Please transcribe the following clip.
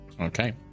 okay